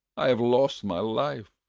i have lost my life,